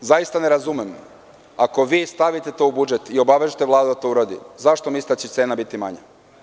Ono što zaista ne razumem, ako vi stavite to u budžet i obavežete Vladu da to uradi, zašto mislite da će cena biti manja?